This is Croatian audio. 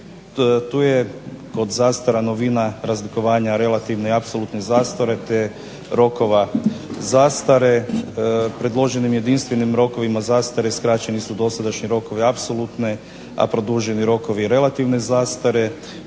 Tu je kod zastara novina razlikovanja relativne i apsolutne zastare te rokova zastare, predloženim jedinstvenim rokovima zastare skraćeni su dosadašnji rokovi apsolutne a produženi rokovi relativne zastare.